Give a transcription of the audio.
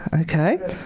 Okay